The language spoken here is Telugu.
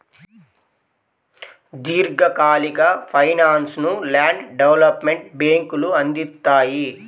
దీర్ఘకాలిక ఫైనాన్స్ను ల్యాండ్ డెవలప్మెంట్ బ్యేంకులు అందిత్తాయి